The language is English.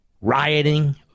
rioting